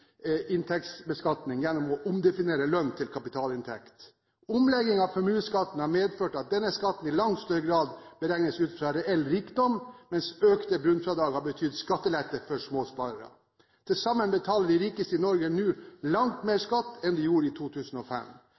inntektsbeskatning gjennom å omdefinere lønn til kapitalinntekt. Omlegging av formuesskatten har medført at denne skatten i langt større grad beregnes ut fra reell rikdom, mens økte bunnfradrag har betydd skattelette for småsparerne. Til sammen betaler de rikeste i Norge nå langt mer skatt enn de gjorde i 2005.